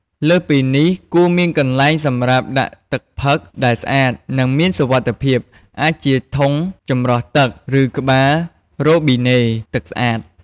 លើសពីនេះគួរមានកន្លែងសម្រាប់ដាក់ទឹកផឹកដែលស្អាត និងមានសុវត្ថិភាព អាចជាធុងចម្រោះទឹក ឬក្បាលរ៉ូប៊ីណេទឹកស្អាត។